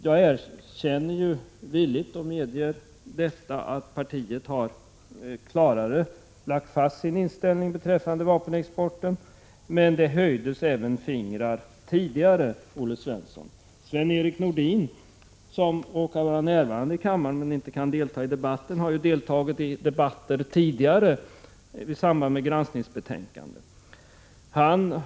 Jag erkänner ju villigt att partiet nu har klarare lagt fast sin inställning beträffande vapenexporten. Men nog har vi höjt pekfingret tidigare, Olle Svensson. Sven-Erik Nordin, som råkar vara närvarande i kammaren men som inte kan delta i debatten, har varit med i tidigare debatter i samband med granskningsbetänkanden.